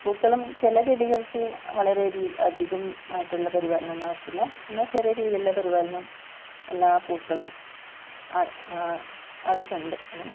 പൂക്കളും ചില ചെടികൾക്ക് വളരെ അധികം ആയിട്ടുള്ള പരിപാലനം ഒന്നും ആവശ്യമില്ല എന്നാൽ ചെറിയ രീതിയിലുള്ള പരിപാലനം എല്ലാ പൂക്കളും ആ ആവശ്യമുണ്ട് അതിന്